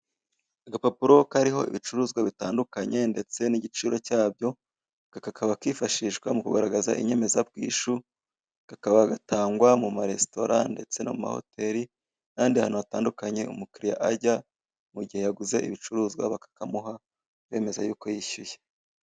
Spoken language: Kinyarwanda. Agapapuro kariho ibicuruzwa bitandukanye ndetse n'igiciro cyabyo, aka kakaba kifashishwa mu kugaragaza inyemezabwishyu, kakaba gatangwa mu maresitora ndetse n'amahoteli n'ahandi hantu hatandukanye umukiriya ajya mu gihe yaguze ibicuruzwa bakamuha bemeza yuko yishyuye.